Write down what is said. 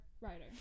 writer